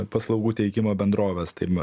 paslaugų teikimo bendroves tai ma